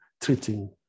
treating